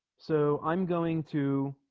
so i'm going to